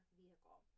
vehicle